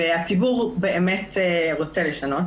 הציבור באמת רוצה לשנות.